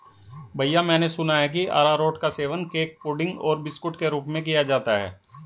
भैया मैंने सुना है कि अरारोट का सेवन केक पुडिंग और बिस्कुट के रूप में किया जाता है